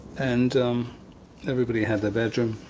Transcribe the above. and everybody had their bedroom.